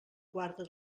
guarda